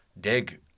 dig